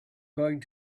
going